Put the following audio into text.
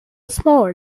smaller